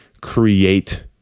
create